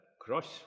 cross